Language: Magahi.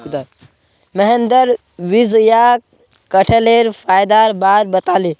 महेंद्र विजयक कठहलेर फायदार बार बताले